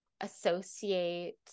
associate